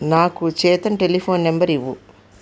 నాకు Chetan telephone number ఇవ్వు